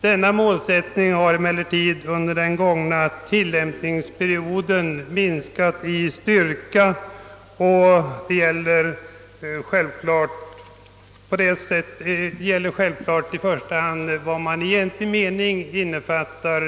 Denna princip har emellertid under den tid som metoden tillämpats minskat i betydelse, och detta gäller i första hand för de villor som man i egentlig mening avser med benämningen egnahem.